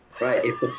right